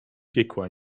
piekła